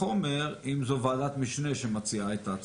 מדבר על תפקידי ועדת הביקורת, ההרכב